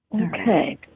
Okay